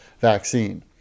vaccine